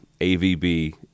AVB